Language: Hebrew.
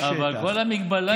אבל כל המגבלה היא תוואי שטח.